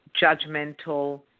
judgmental